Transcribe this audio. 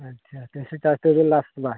ᱟᱪᱪᱷᱟ ᱟᱪᱪᱷᱟ ᱞᱟᱥᱴ ᱵᱟᱥ